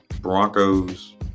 Broncos